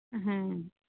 ᱦᱮᱸ